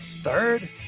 Third